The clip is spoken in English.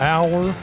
Hour